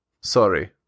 Sorry